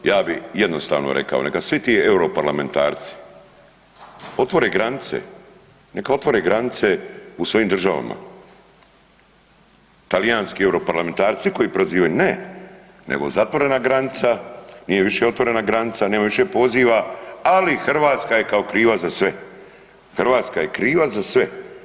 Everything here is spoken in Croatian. Ja bi jednostavno rekao neka svi ti europarlamentarci otvore granice, neka otvore granice u svojim državama, talijanski europarlamentarci koji prozivaju, ne, nego zatvorena granica, nije više otvorena granica, nema više poziva, ali Hrvatska je kao kriva za sve, Hrvatska je kriva za sve.